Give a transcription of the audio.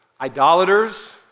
idolaters